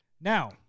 now